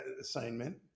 assignment